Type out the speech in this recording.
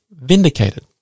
vindicated